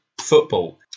football